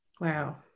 Wow